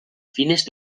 fines